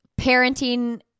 parenting